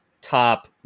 top